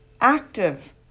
active